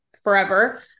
forever